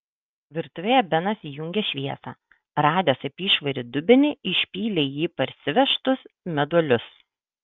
virtuvėje benas įjungė šviesą radęs apyšvarį dubenį išpylė į jį parsivežtus meduolius